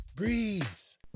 Breeze